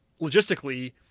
logistically